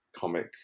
comic